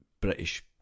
British